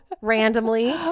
randomly